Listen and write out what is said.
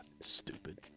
Stupid